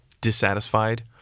dissatisfied